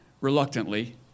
reluctantly